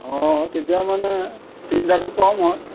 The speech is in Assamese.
অঁ তেতিয়া মানে চিন্তাটো কম হয়